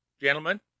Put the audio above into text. Gentlemen